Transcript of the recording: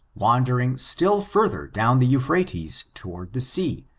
wandering still further down the euphrates toward the sea,